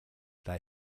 they